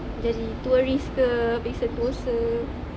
jadi tourist ke pergi sentosa